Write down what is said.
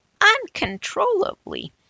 uncontrollably